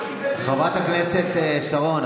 חברת הכנסת שרון,